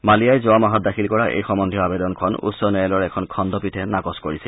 মালিয়াই যোৱা মাহত দাখিল কৰা এই সম্বন্ধীয় আবেদনখন উচ্চ ন্যায়ালয়ৰ এখন খণ্ড পীঠে নাকচ কৰিছিল